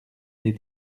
les